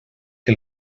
que